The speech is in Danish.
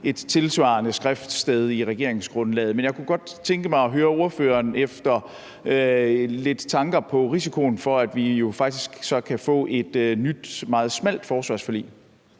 et tilsvarende skriftsted i regeringsgrundlaget. Men jeg kunne godt tænke mig at høre ordførerens tanker i forhold til risikoen for, at vi jo faktisk så kan få et nyt, meget smalt forsvarsforlig.